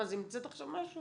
המצאת עכשיו משהו?